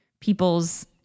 people's